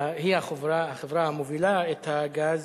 שהיא החברה המובילה את הגז,